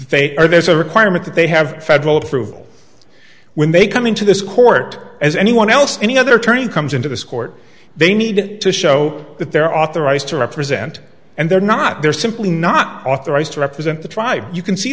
there's a requirement that they have federal approval when they come into this court as anyone else any other turn comes into this court they need to show that they're authorized to represent and they're not they're simply not authorized to represent the tribe you can see